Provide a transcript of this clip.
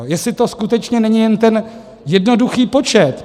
Jestli to skutečně není jen ten jednoduchý počet.